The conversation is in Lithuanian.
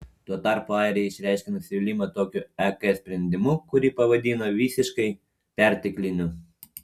tuo tarpu airija išreiškė nusivylimą tokiu ek sprendimu kurį pavadino visiškai pertekliniu